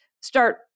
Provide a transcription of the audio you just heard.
start